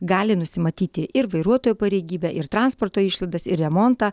gali nusimatyti ir vairuotojo pareigybę ir transporto išlaidas ir remontą